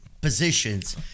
positions